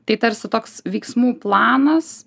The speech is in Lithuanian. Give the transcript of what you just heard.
tai tarsi toks veiksmų planas